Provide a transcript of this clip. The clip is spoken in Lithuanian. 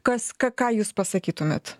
kas ką ką jūs pasakytumėt